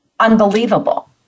Unbelievable